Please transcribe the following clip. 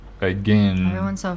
again